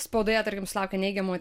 spaudoje tarkim sulaukė neigiamo